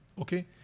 okay